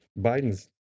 Biden's